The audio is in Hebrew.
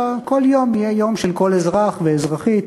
אלא כל יום יהיה יום של כל אזרח ואזרחית,